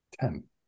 ten